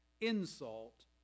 insult